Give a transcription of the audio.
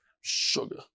Sugar